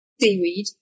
seaweed